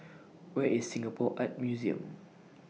Where IS Singapore Art Museum